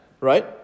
Right